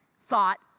thought